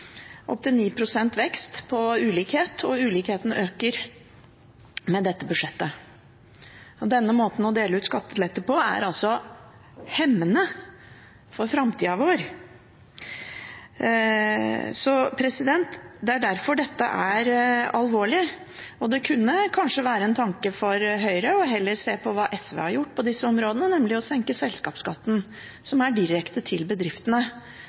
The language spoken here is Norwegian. opptil 9 pst. vekst på ulikhet, og ulikheten øker med dette budsjettet. Denne måten å dele ut skattelette på er hemmende for framtida vår. Det er derfor dette er alvorlig. Det kunne kanskje være en tanke for Høyre heller å se på hva SV har gjort på dette området, nemlig å senke selskapsskatten, som er direkte til bedriftene